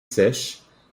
sèches